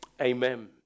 amen